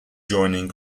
joining